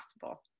possible